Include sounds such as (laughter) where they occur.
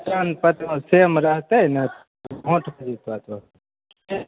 पहचान पत्र सेम रहतै ने तऽ (unintelligible)